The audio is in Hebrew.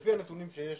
לפי הנתונים שיש